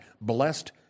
blessed